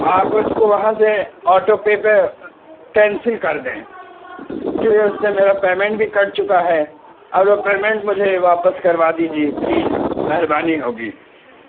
آپ اس کو وہاں سے آٹو پے پہ کینسل کردیں کہ اس سے میرا پیمنٹ بھی کٹ چکا ہے اور وہ پیمنٹ مجھے واپس کروا دیجیے پلیز مہربانی ہوگی